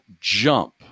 Jump